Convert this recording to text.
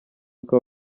uko